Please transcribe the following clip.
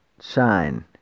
shine